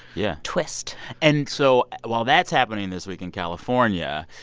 yeah. twist and so while that's happening this week in california,